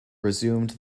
resumed